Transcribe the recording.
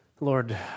Lord